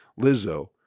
Lizzo